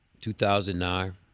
2009